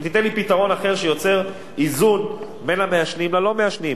אם תיתן לי פתרון אחר שיוצר איזון בין המעשנים ללא מעשנים.